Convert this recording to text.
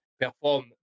perform